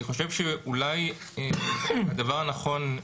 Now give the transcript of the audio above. אני חושב שאולי הדבר הנכון,